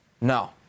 No